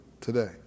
today